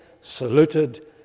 saluted